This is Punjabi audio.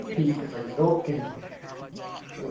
ਠੀਕ ਹੈ ਭਾਅ ਜੀ ਓਕੇ ਜੀ ਓਕੇ